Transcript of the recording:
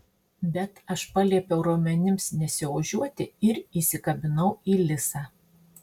bet aš paliepiau raumenims nesiožiuoti ir įsikabinau į lisą